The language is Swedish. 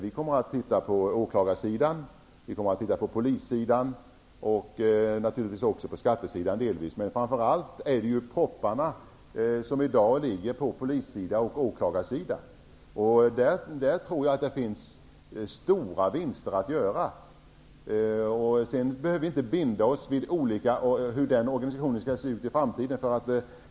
Vi kommer att se på åklagar och polissidan samt naturligtvis också delvis på skattesidan. Men propparna finns i dag framför allt på polis och åklagarsidan. Där tror jag att det finns stora vinster att göra. Vi behöver inte binda oss för hur organisationen skall se ut i framtiden.